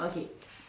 okay